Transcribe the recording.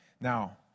Now